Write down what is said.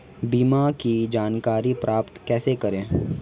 बीमा की जानकारी प्राप्त कैसे करें?